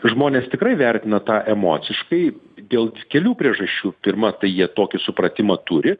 žmonės tikrai vertina tą emociškai dėl kelių priežasčių pirma tai jie tokį supratimą turi